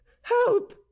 help